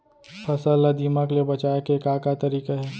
फसल ला दीमक ले बचाये के का का तरीका हे?